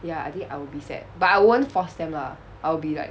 ya I think I will be sad but I won't force them lah I'll be like